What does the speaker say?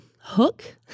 hook